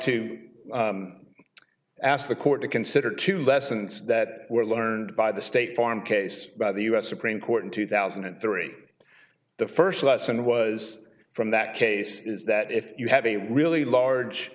to ask the court to consider two lessons that were learned by the state farm case by the u s supreme court in two thousand and three the first lesson was from that case is that if you have a really large